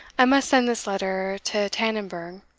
i must send this letter to tannonburgh